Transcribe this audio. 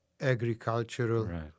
agricultural